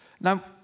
Now